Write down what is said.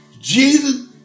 Jesus